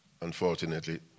unfortunately